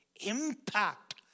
impact